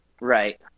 Right